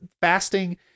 Fasting